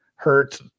Hurt